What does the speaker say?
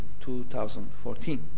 2014